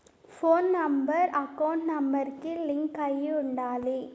పోను number account number కి link అయ్యి ఉండాలి